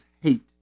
hate